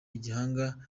igihanga